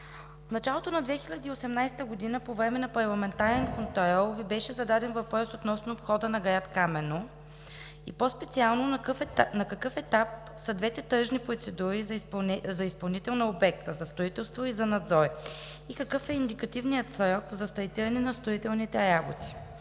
в началото на 2018 г. по време на парламентарен контрол Ви беше зададен въпрос относно обхода на град Камено и по-специално: на какъв етап са двете тръжни процедури за изпълнител на обекта – за строителство и за надзор, и какъв е индикативният срок за стартиране на строителните работи?